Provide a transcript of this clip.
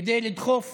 כדי לדחוף